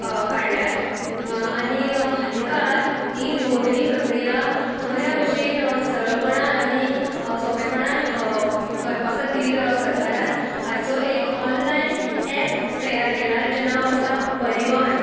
काडल्यात आनी हाली काळार ही नोंदणी प्रक्रिया बऱ्या भशेन सरळपणान आनी सोपेपणान करपा खातीर सरकारान हाचो एक ऑनलायन एप तयार केला जाचें नांव आसा परिवाहन